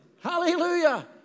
Hallelujah